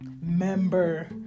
member